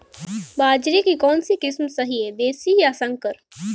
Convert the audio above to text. बाजरे की कौनसी किस्म सही हैं देशी या संकर?